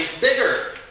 bigger